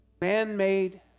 Man-made